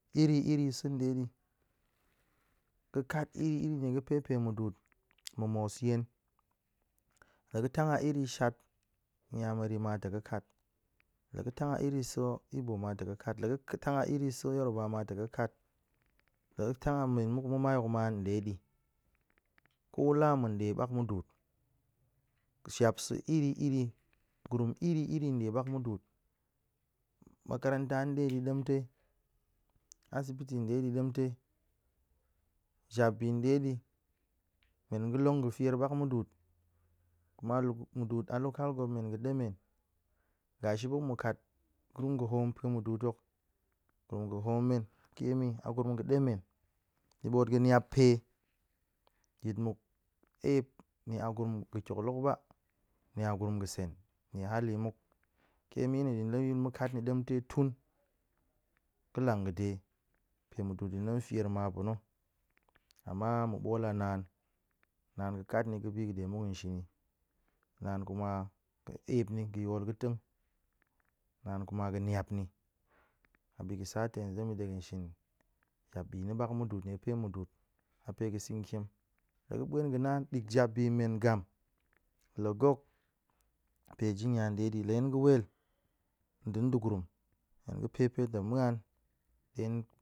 Iri iri sə ɗe di, ga̱ kat iri iri nie ga̱pe pae mudu'ut mu mous yen, la ga̱ tang a iri shat yammari ma tong ga̱ kat, la ga̱ a iri sa̱ igbo ma tong ga̱kat, la ga̱ tang a iri sa̱ yaruba ma tong ga̱ kat, la ga̱ tang men muk ma̱mai yok ma ɗe di ko la a mo ɗe ɓak mudu'ut jab sa̱ iri iri, gurum iri iri ɗe ɓak mudu'ut makaranta ɗe di ɗem tai, asibiti ɗe di ɗem dai jab bi ɗe di men ga̱ long ga̱ fier ɓak mudu'ut, kuma lu- gu mudu'ut a local governement ga̱ ɗemen gashi buk ma̱ kat gurum ga̱ hoom pae mudu'ut hok, gurum ga̱ hoom men kemi a gurum ga̱ ɗemen. In ɓoot ga̱ niap pae yit muk ep ni a gurum ga̱ kiok lok ba, ni a gurum ga̱ sen nie hali muk. Kemi na̱ ɗin la ma̱ kat ni ɗen tai tun pa̱ lang ga̱de, pae mudu'ut din tong fier ma pa̱ na̱, ama ma̱ bool a naan, naan ga̱ kat ni ga̱ ɗe muk nshin ni, naan kuma ga̱ ep ni ga̱ yol ga̱teng, naan kuma ga̱ niap ni. A bi ga̱ sa ta̱ hen zem yi ɗe ga̱n shin jap bi na̱ ɓak mudu'ut niefe mudu'ut a pae ga̱ sa̱ tiam, la ga̱ ɓaen ga̱ na dik jap bi men ngam, la gok pae jinya ɗe di, la hen ga̱ wel nɗe gurum, hen ga̱ pae pe tong muan de.